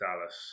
Dallas